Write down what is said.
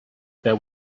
there